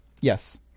Yes